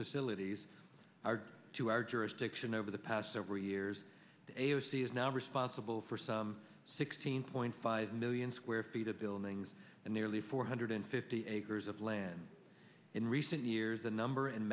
facilities are to our jurisdiction over the past several years a s c is now responsible for some sixteen point five million square feet of buildings and nearly four hundred fifty acres of land in recent years the number and